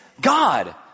God